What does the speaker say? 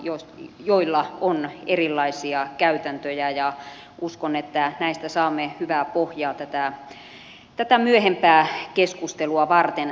jos joilla on erilaisia käytäntöjä ja uskon että näistä saamme hyvää pohjaa tätä myöhempää keskustelua varten